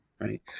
Right